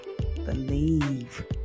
Believe